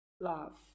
love